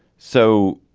so,